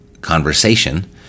conversation